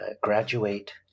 graduate